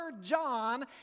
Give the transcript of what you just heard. John